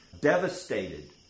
devastated